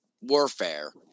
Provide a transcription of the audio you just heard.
warfare